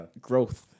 Growth